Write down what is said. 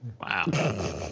Wow